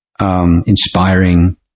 Inspiring